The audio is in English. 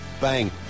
Bang